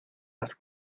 las